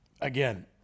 Again